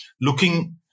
looking